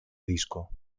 disco